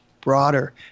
broader